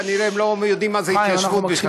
כנראה, הם לא יודעים מה זה התיישבות בכלל.